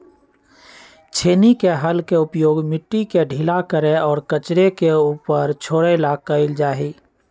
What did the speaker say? छेनी के हल के उपयोग मिट्टी के ढीला करे और कचरे के ऊपर छोड़े ला कइल जा हई